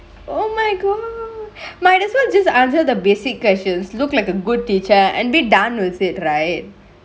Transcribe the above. oh my god might as well just answer the basic questions look like a good teacher and be done with it right